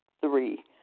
Three